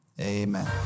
Amen